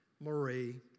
Marie